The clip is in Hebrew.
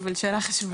אבל שאלה חשובה.